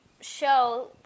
show